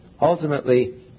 ultimately